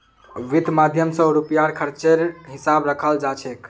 वित्त माध्यम स रुपयार खर्चेर हिसाब रखाल जा छेक